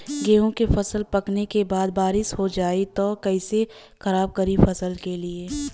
गेहूँ के फसल पकने के बाद बारिश हो जाई त कइसे खराब करी फसल के?